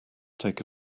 take